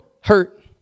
hurt